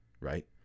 right